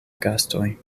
gastoj